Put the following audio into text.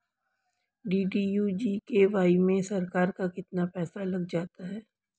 DDU GKY में सरकार का कितना पैसा लग जाता है?